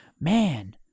man